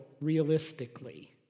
realistically